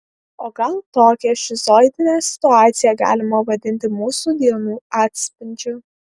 o gal tokią šizoidinę situaciją galima vadinti mūsų dienų atspindžiu